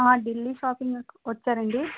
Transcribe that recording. Delhi shopping వచ్చారా అండి